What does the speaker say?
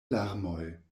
larmoj